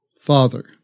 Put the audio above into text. Father